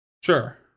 Sure